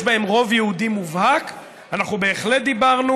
בהם רוב יהודי מובהק אנחנו בהחלט דיברנו,